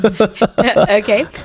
Okay